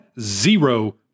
zero